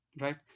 Right